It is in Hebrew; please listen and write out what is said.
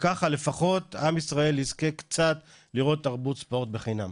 וככה לפחות עם ישראל יזכה קצת לראות תרבות ספורט בחינם.